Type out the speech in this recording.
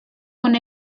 con